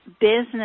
business